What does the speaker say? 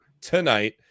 tonight